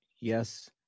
yes